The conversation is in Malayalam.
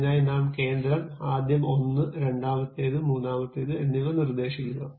അതിനായി നാം കേന്ദ്രം ആദ്യം ഒന്ന് രണ്ടാമത്തേത് മൂന്നാമത്തേത് എന്നിവ നിർദ്ദേശിക്കുക